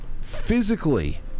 physically